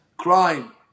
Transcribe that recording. Crime